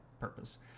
purpose